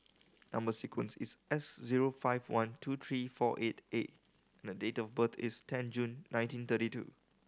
number sequence is S zero five one two three four eight A and the date of birth is ten June nineteen thirty two